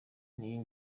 niyo